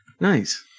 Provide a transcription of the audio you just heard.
Nice